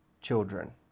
children